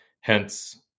Hence